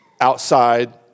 outside